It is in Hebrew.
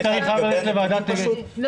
אני חייב ללכת לוועדת --- יושבת-הראש,